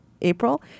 April